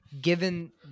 given